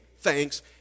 thanks